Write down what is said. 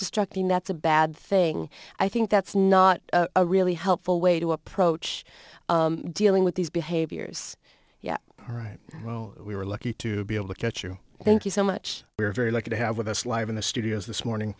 destructing that's a bad thing i think that's not a really helpful way to approach dealing with these behaviors yeah all right well we were lucky to be able to catch you thank you so much we're very lucky to have with us live in the studios this morning